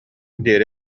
диэри